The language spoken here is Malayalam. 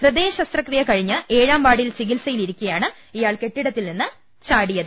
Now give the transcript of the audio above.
ഹൃദയ ശസ്ത്രക്രിയ കഴിഞ്ഞ് ഏഴാം വാർഡിൽ ചികിത്സയിൽ ഇരിക്കെയാണ് ഇയാൾ കെട്ടി ടത്തിൽ നിന്ന് ചാടിയത്